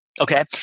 Okay